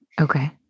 Okay